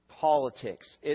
Politics